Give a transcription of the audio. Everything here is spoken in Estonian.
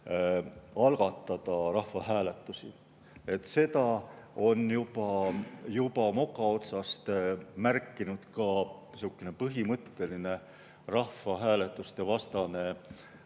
algatada rahvahääletusi. Seda on juba moka otsast märkinud ka selline põhimõtteline rahvahääletuste vastane